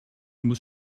muss